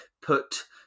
put